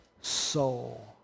soul